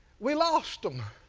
we lost them.